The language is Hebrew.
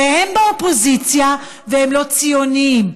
והם באופוזיציה והם לא ציונים,